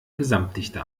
gesamtdichte